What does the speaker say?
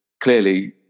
clearly